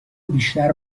بیشتر